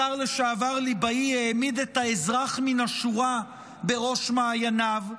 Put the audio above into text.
השר לשעבר ליבאי העמיד את האזרח מן השורה בראש מעייניו,